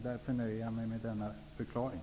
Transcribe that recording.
Därför nöjer jag mig med denna förklaring.